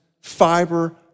fiber